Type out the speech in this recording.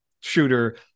shooter